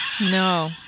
No